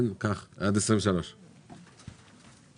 יבגני, מה שהיה בחו"ל נשאר בחו"ל.